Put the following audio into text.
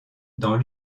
dans